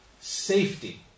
safety